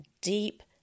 deep